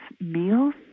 meals